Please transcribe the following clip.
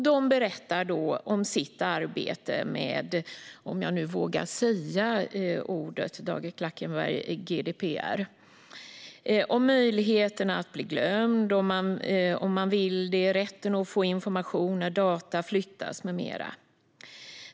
De berättar om sitt arbete med GDPR - om jag nu vågar säga det, Dag Klackenberg - och om möjligheterna att bli glömd om man vill det, rätten att få information när data flyttas med mera.